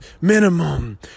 minimum